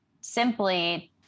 simply